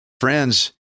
Friends